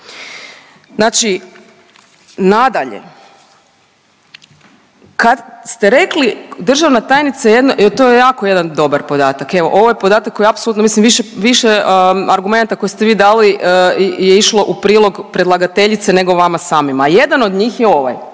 Znači nadalje kad ste rekli državna tajnice to je jako jedan dobar podatak. Evo ovaj podatak koji apsolutno više argumenata koje ste vi dali je išlo u prilog predlagateljice nego vama samima, a jedan od njih je ovaj,